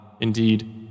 Indeed